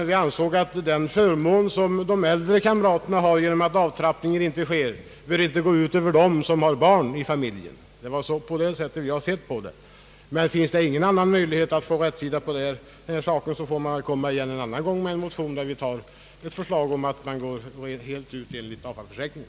Vi ansåg att den förmån, som de äldre kamraterna har därigenom att »avtrappning» inte sker, inte bör gå ut över dem som har barn i familjen. Så har vi sett på saken. Finns det ingen annan möjlighet att få rätsida på det hela, så får vi väl komma igen en annan gång med en motion där vi tar upp ett förslag om en försäkring fullt ut på samma villkor som AFA-försäkringen.